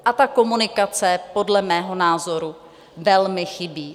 A ta komunikace podle mého názoru velmi chybí.